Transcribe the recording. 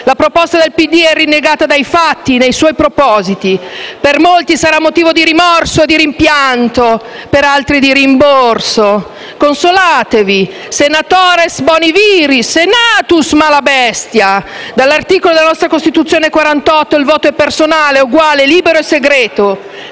La proposta del PD è rinnegata dai fatti nei suoi propositi. Per molti sarà motivo di rimpianto, di rimorso e per altri di rimborso. Consolatevi. *Senatores boni viri, Senatus mala bestia*. Secondo l'articolo 48 della Costituzione: «Il voto è personale ed eguale, libero e segreto».